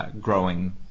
growing